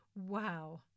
Wow